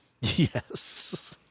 Yes